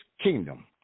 Kingdom